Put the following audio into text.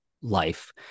life